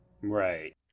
Right